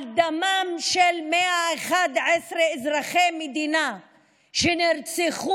זה על דמם של 111 אזרחי מדינה שנרצחו